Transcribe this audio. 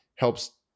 helps